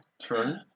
True